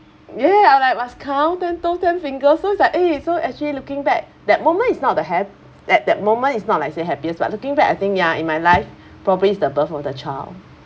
ya I was like must count ten toes ten fingers so it's like eh actually looking back that moment is not the hap~ at that moment is not Iike say happiest but looking back I think ya in my life probably is the birth of the child